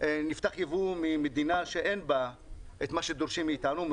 נפתח יבוא ממדינה שאין בה את מה שדורשים מאתנו,